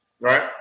Right